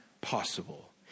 possible